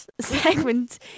Segment